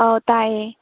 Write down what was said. ꯑꯣ ꯇꯥꯏꯌꯦ